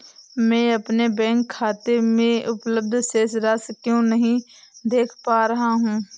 मैं अपने बैंक खाते में उपलब्ध शेष राशि क्यो नहीं देख पा रहा हूँ?